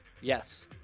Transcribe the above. Yes